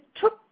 took